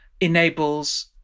enables